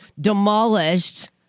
demolished